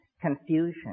confusion